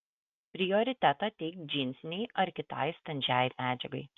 prioritetą teik džinsinei ar kitai standžiai medžiagai